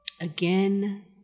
again